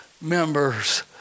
members